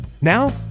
Now